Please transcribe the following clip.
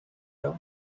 down